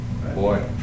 Boy